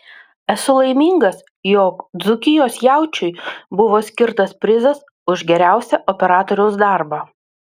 esu laimingas jog dzūkijos jaučiui buvo skirtas prizas už geriausią operatoriaus darbą